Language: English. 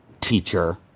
teacher